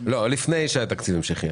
לפני שהיה תקציב המשכי.